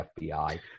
FBI